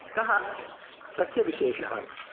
कः तस्य विशेषः